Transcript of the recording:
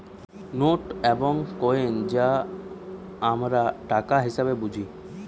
note এবং coin যা আমরা টাকা হিসেবে বুঝি